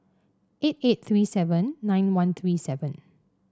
eight eight three seven nine one three five